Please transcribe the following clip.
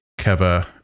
keva